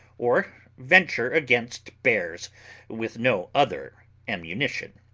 or venture against bears with no other ammunition.